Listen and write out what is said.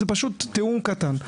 זה פשוט תיאום קטן,